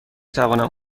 توانم